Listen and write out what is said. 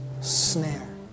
snare